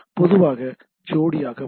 பொதுவாக ஜோடிகளாக வரும்